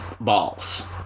balls